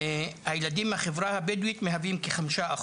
הילדים בחברה הבדואית מהווים כ- 5%,